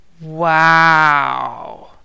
wow